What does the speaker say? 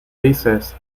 dices